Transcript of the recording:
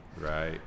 Right